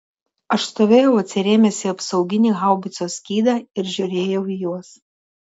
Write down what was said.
aš stovėjau atsirėmęs į apsauginį haubicos skydą ir žiūrėjau į juos